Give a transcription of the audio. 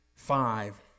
five